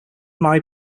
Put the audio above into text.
married